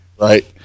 right